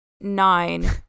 nine